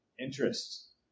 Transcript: interests